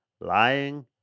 Lying